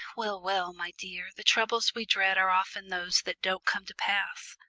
well, well, my dear, the troubles we dread are often those that don't come to pass.